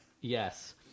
Yes